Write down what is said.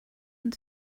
want